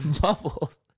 bubbles